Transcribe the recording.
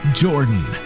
jordan